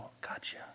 gotcha